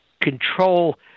control